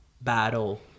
battle